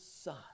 son